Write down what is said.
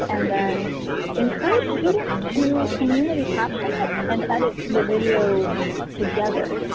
and then encourage students to community caption it, and edit the video together,